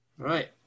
right